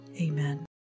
Amen